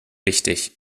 wichtig